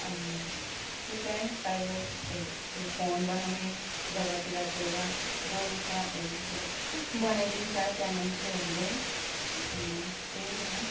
अनि त्यतै साइबर ए त्यो फोन बनाउने जग्गातिर गएर बोल्छ ए मतलब बनाइदिन्छ त्यहाँ मान्छेहरूले अनि त्यही हो